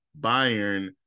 Bayern